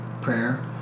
prayer